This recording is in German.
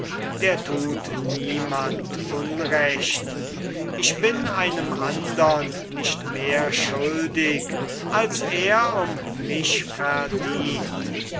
der tut niemand unrecht ich bin einem andern nicht mehr schuldig als er um mich verdient